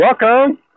Welcome